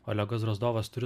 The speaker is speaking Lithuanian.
olegas drozdovas turi